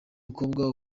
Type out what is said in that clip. mukobwa